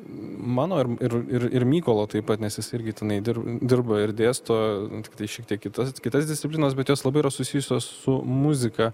mano ir ir ir mykolo taip pat nes jis irgi tenai dar dirba ir dėsto tiktai šiek tiek kitas kitas disciplinas bet jos labai yra susijusios su muzika